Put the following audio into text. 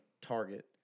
target